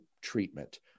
treatment